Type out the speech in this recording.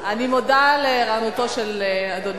אני מודה לערנותו של אדוני.